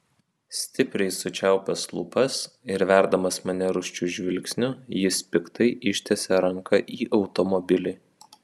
stipriai sučiaupęs lūpas ir verdamas mane rūsčiu žvilgsniu jis piktai ištiesia ranką į automobilį